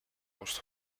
most